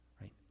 right